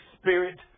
spirit